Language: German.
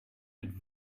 mit